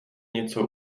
něco